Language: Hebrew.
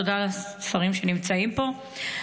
תודה לשרים שנמצאים פה.